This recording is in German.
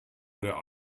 der